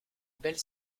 belle